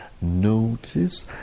notice